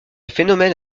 phénomène